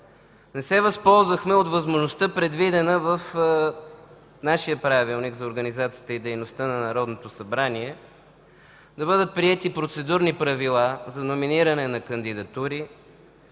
не се възползвахме от възможността, предвидена в нашия Правилник за организацията и дейността на Народното събрание, да бъдат приети Процедурни правила за номиниране на кандидатури,